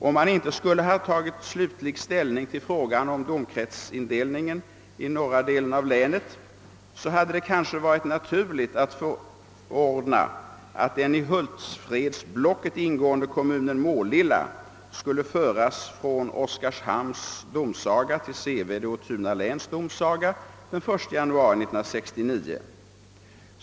Om man inte skulle ha tagit slutlig ställning till frågan om domkretsindelningen i norra delen av länet hade det kanske varit naturligt att förordna, att den i Hultsfredsblocket ingående kommunen Målilla skulle föras från Oskarshamns domsaga till Sevede och Tunaläns domsaga den 1 januari 1969.